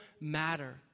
matter